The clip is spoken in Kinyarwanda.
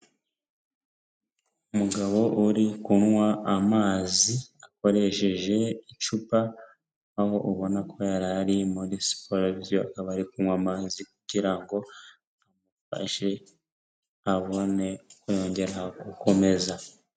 Umugabo uri kunywa amazi akoresheje icupa, aho ubona ko yarari muri siporo, akaba ari kunywa amazi kugira ngo abashe abone uko yongera gukomeza.